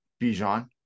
Bijan